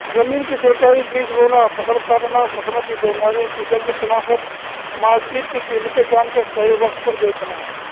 زمین کی جوتائی بیج بونا فصل کاٹنا فصلوں کی بیماریوں کی جلد شناخت مارکیٹ کی قیمتیں جان کر صحیح وقت پر بیچنا